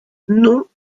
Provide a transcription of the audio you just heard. non